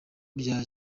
bya